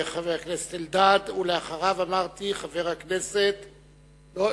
חבר הכנסת אלדד, ואחריו, חבר הכנסת מיכאלי.